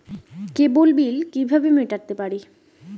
কেবল bill কিভাবে মেটাতে পারি?